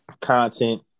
content